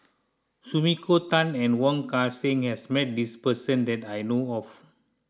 Sumiko Tan and Wong Kan Seng has met this person that I know of